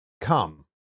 come